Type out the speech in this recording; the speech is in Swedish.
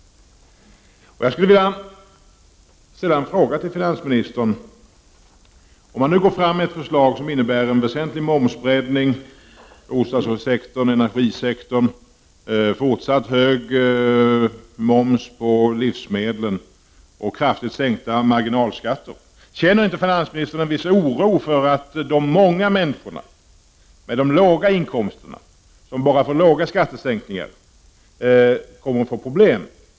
Man går ut med ett förslag som innebär en väsentlig momsbreddning på bostadssektorn och energisektorn, fortsatt hög moms på livsmedel och kraftigt sänkta marginalskatter. Känner inte finansministern en viss oro för att de många människorna med låga inkomster, som bara får små skattesänkningar, kommer att få problem?